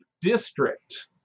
district